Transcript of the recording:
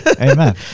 amen